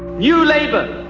new labour,